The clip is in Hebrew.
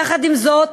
יחד עם זאת,